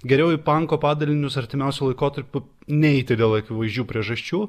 geriau į banko padalinius artimiausiu laikotarpiu neiti dėl akivaizdžių priežasčių